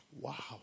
Wow